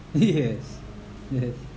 yes yes